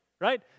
Right